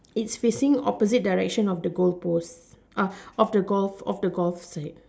it's facing opposite direction of the goal post of the gift of the gift